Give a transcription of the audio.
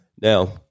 Now